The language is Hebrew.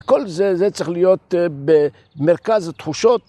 כל זה זה צריך להיות במרכז התחושות.